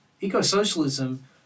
Eco-socialism